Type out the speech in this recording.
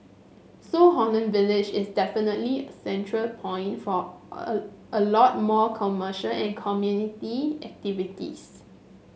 so Holland Village is definitely a central point for a a lot more commercial and community activities